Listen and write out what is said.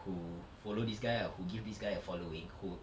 who follow this guy ah who give this guy a following who